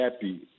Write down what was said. happy